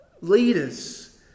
leaders